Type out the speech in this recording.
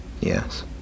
Yes